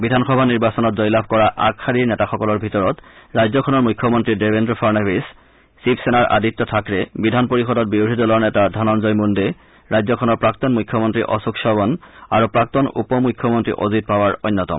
বিধানসভা নিৰ্বাচনত জয়লাভ কৰা আগশাৰীৰ নেতাসকলৰ ভিতৰত ৰাজ্যখনৰ মুখ্য মন্তী দেৱেন্দ্ৰ ফাড়নবিছ শিৱসেনাৰ আদিত্য থাকৰে বিধান পৰিষদত বিৰোধী দলৰ নেতা ধনঞ্জয় মূণ্ডে ৰাজ্যখনৰ প্ৰাক্তন মুখ্য মন্নী অশোক চৱন আৰু প্ৰাক্তন উপ মুখ্য মন্নী অজিত পাৱাৰ অন্যতম